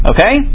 Okay